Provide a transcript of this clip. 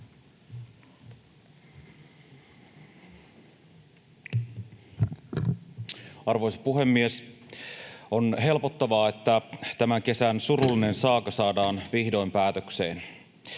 Arvoisa puhemies! On helpottavaa, että tämän kesän surullinen saaga saadaan vihdoin päätökseen.